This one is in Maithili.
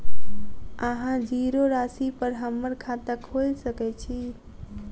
अहाँ जीरो राशि पर हम्मर खाता खोइल सकै छी?